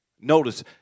Notice